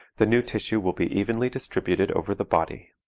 the new tissue will be evenly distributed over the body.